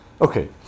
Okay